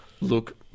Look